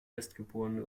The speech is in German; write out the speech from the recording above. erstgeborene